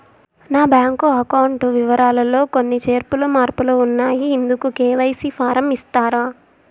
నా bank account వివరాలు లో కొన్ని చేర్పులు మార్పులు ఉన్నాయి, ఇందుకు కె.వై.సి ఫారం ఇస్తారా?